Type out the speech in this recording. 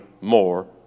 more